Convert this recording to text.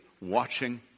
watching